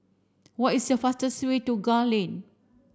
what is the fastest way to Gul Lane